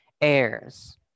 heirs